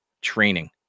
training